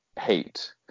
hate